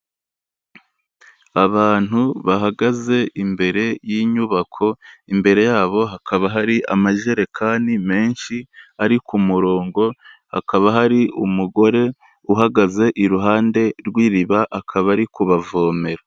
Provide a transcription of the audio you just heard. Abantu bahagaze imbere y'inyubako, imbere yabo hakaba hari amajerekani menshi ari ku murongo, hakaba hari umugore uhagaze iruhande rw'iriba, akaba ari kubavomera.